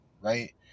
right